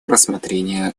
рассмотрение